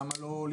לא,